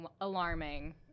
alarming